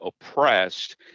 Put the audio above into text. oppressed